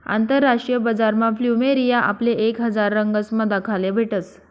आंतरराष्ट्रीय बजारमा फ्लुमेरिया आपले एक हजार रंगसमा दखाले भेटस